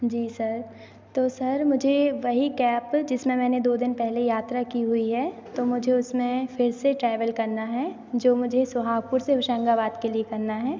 जी sir तो sir मुझे वही कैप जिसमें मैंने दो दिन पहले यात्रा की हुई है तो मुझे उसमें फिर से ट्रैवेल करना है जो मुझे सोहागपुर से होशंगाबाद के लिए करना है